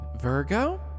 virgo